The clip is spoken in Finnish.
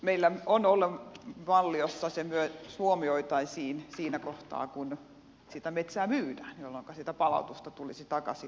meillä on ollut malli jossa se myös huomioitaisiin siinä kohtaa kun sitä metsää myydään jolloinka sitä palautusta tulisi takaisin ja hyvää siitä